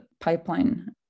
pipeline